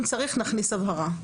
אם צריך נכניס הבהרה.